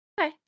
Okay